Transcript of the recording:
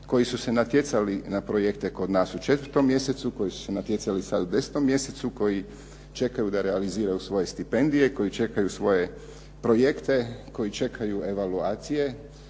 koji su se natjecali na projekte kod nas u 4. mjesecu, koji su se natjecali sad u 10. mjesecu koji čekaju da realiziraju svoje stipendije koji čekaju svoje projekte, koji čekaju evaluacije.